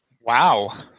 Wow